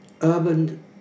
urban